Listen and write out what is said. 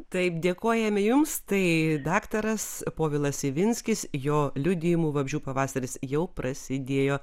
taip dėkojame jums tai daktaras povilas ivinskis jo liudijimu vabzdžių pavasaris jau prasidėjo